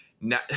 now